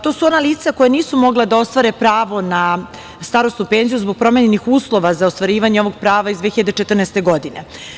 To su ona lica koja nisu mogla da ostvare pravo na starosnu penziju zbog promenjenih uslova za ostvarivanje ovog prava iz 2014. godine.